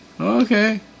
okay